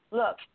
look